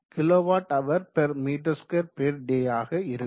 58 kWhm2da ஆக இருக்கும்